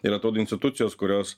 ir atrodo institucijos kurios